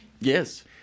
Yes